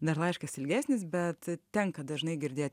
dar laiškas ilgesnis bet tenka dažnai girdėt